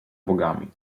bogami